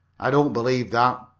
i don't believe that,